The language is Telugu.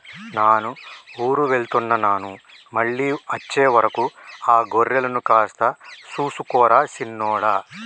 నాను ఊరు వెళ్తున్న నాను మళ్ళీ అచ్చే వరకు ఆ గొర్రెలను కాస్త సూసుకో రా సిన్నోడా